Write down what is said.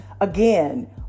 Again